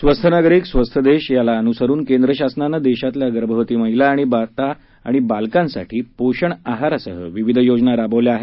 स्वस्थ नागरिक स्वस्थ देश याला अनुसरून केंद्र शासनाने देशातल्या गर्भवती महिला माता आणि बालकांसाठी पोषण आहारासह विविध योजना राबविल्या आहेत